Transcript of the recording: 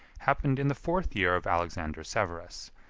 happened in the fourth year of alexander severus,